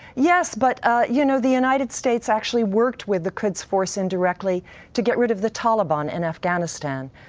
yes. but ah you know the united states actually worked with the quds force indirectly to get rid of the taliban in afghanistan.